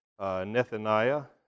Nethaniah